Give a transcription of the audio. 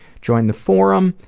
join the forum,